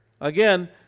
again